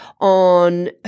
on